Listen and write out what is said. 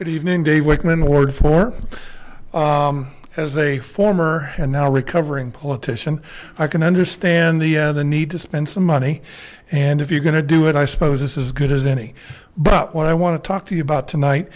good evening dave whitman lord for as a former and now recovering politician i can understand the the need to spend some money and if you're gonna do it i suppose this as good as any but what i want to talk to you about tonight